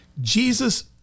Jesus